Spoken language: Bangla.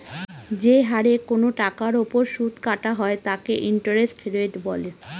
যে হারে কোনো টাকার ওপর সুদ কাটা হয় তাকে ইন্টারেস্ট রেট বলে